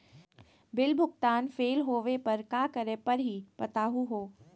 Bill भुगतान fail होवे पर का करै परही, बताहु हो?